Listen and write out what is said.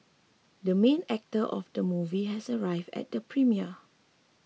the main actor of the movie has arrived at the premiere